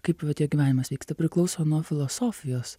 kaip gyvenimas vyksta priklauso nuo filosofijos